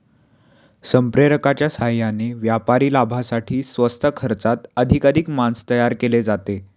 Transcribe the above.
संप्रेरकांच्या साहाय्याने व्यापारी लाभासाठी स्वस्त खर्चात अधिकाधिक मांस तयार केले जाते